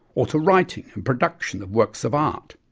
or to writing and production of works of art?